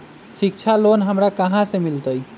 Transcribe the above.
शिक्षा लोन हमरा कहाँ से मिलतै?